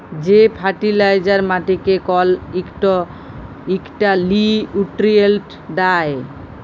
যে ফার্টিলাইজার মাটিকে কল ইকটা লিউট্রিয়েল্ট দ্যায়